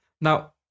Now